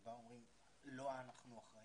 שבה אומרים שהם לא אחראים,